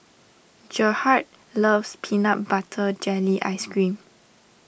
Gerhard loves Peanut Butter Jelly Ice Cream